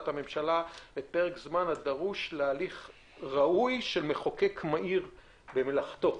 הממשלה ל- "פרק זמן הדרוש להליך ראוי של מחוקק מהיר במלאכתו".